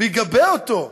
ויגבה אותו,